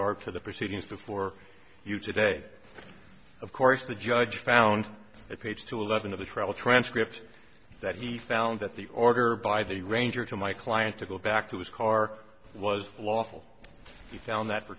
are to the proceedings before you today of course the judge found at page two eleven of the trial transcript that he found that the order by the ranger to my client to go back to his car was lawful he found that for